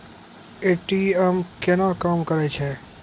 ATM केना काम करै छै?